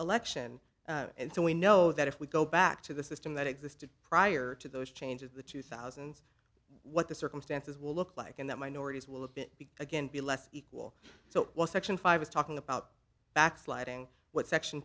election and so we know that if we go back to the system that existed prior to those changes the two thousand and what the circumstances will look like and that minorities will a bit again be less equal so what section five is talking about backsliding what section